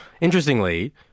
interestingly